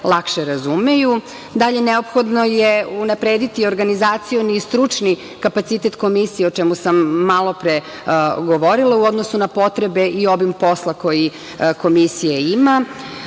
neophodno je unaprediti organizacioni i stručni kapacitet Komisije, o čemu sam malopre govorila, u odnosu na potrebe i obim posla koji Komisija ima.